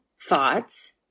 thoughts